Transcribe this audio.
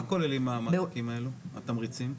מה כוללים המענקים האלו, התמריצים?